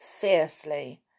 fiercely